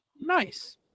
Nice